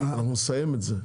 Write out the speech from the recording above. ואנחנו נסיים את זה.